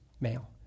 male